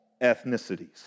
ethnicities